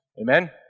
Amen